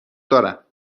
دارم